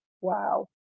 wow